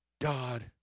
God